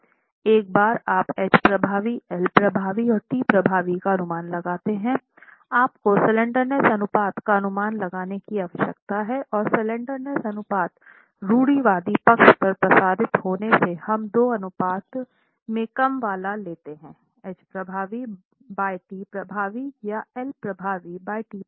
एक बार आप एच प्रभावी एल प्रभावी और टी प्रभावी का अनुमान लगते हैं आपको स्लैंडरनेस अनुपात का अनुमान लगाने की आवश्यकता है और स्लैंडरनेस अनुपात रूढ़िवादी पक्ष पर प्रसारित होने से हम दो अनुपात में कम वाला लेते हैं एच प्रभावी बय टी प्रभावी या एल प्रभावी बय टी प्रभावी